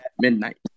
midnight